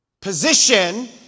Position